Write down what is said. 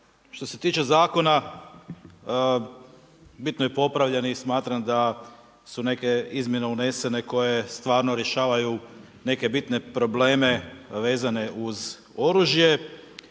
Što se tiče zakona bitno je popravljen i smatram da su neke izmjene unesene koje stvarno rješavaju neke bitne probleme vezane uz oružje.